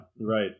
Right